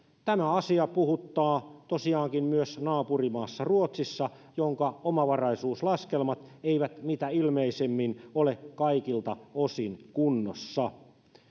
tämä asia puhuttaa tosiaankin myös naapurimaassa ruotsissa jonka omavaraisuuslaskelmat eivät mitä ilmeisimmin ole kaikilta osin kunnossa